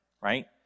right